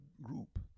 group